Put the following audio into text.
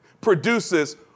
produces